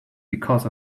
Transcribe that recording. because